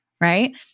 Right